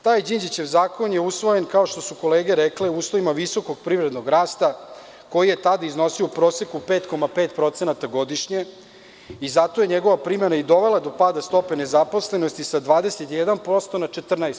Taj Đinđićev zakon je usvojen, kao što su kolege rekle, u uslovima visokog privrednog rasta, koji je tada iznosio u proseku 5,5% godišnje i zato je njegova primena i dovela do pada stope nezaposlenosti sa 21% na 14%